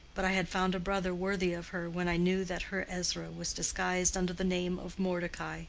but i had found a brother worthy of her when i knew that her ezra was disguised under the name of mordecai